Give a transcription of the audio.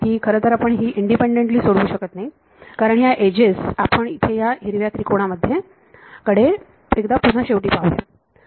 खरतर आपण ही इंडिपेंडंटली सोडवू शकत नाही कारण ह्या एजेस आपण इथे ह्या हिरव्या त्रिकोणाकडे एकदा पुन्हा शेवटी पाहूया